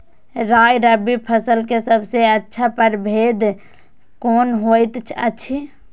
राय रबि फसल के सबसे अच्छा परभेद कोन होयत अछि?